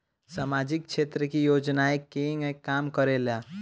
सामाजिक क्षेत्र की योजनाएं केगा काम करेले?